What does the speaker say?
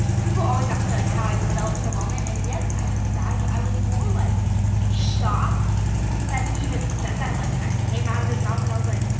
people always ask me like how i felt in the moment and, yes, i was sad but i was more like shocked that he even said that, and like that came out of his mouth. and i was like,